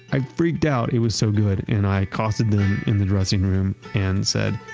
i freaked out. it was so good. and i accosted them in the dressing room and said,